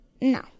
No